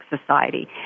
society